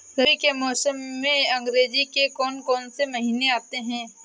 रबी के मौसम में अंग्रेज़ी के कौन कौनसे महीने आते हैं?